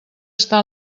està